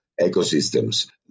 ecosystems